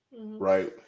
right